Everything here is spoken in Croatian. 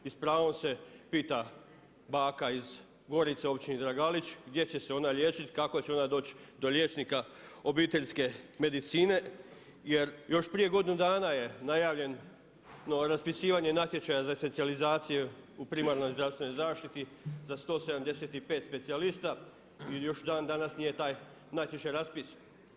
I s pravom se pita baka iz Gorice, općini Draganić, gdje će se ona liječiti, kako će ona doći do liječnika obiteljske medicine jer još prije godinu dana je najavljeno raspisivanje natječaja za specijalizaciju u primarnoj zdravstvenoj zaštiti za 175 specijalista i još dan danas nije taj natječaj raspisan.